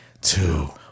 two